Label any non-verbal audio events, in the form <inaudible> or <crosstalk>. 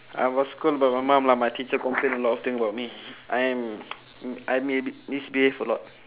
I was scold by my mom lah my teacher complain a lot of thing about me I'm <noise> m~ I mi~ misbehave a lot